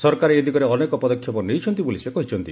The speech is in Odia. ସରକାର ଏ ଦିଗରେ ଅନେକ ପଦକ୍ଷେପ ନେଇଛନ୍ତି ବୋଲି ସେ କହିଛନ୍ତି